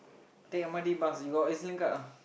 take M_R_T bus you got E_Z-Link card not